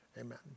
Amen